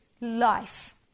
life